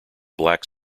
black